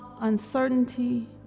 uncertainty